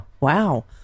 wow